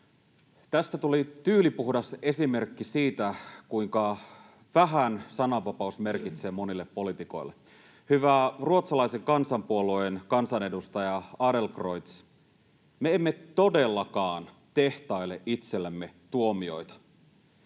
Tässä tuli tyylipuhdas esimerkki siitä, kuinka vähän sananvapaus merkitsee monille poliitikoille. Hyvä ruotsalaisen kansanpuolueen kansanedustaja Adlercreutz, me emme todellakaan tehtaile itsellemme tuomioita.